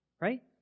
Right